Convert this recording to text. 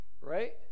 Right